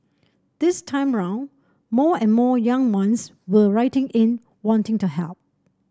this time round more and more young ones were writing in wanting to help